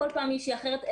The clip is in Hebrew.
כל פעם מישהי אחרת.